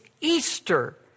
Easter